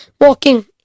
walking